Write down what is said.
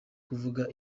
kuvuga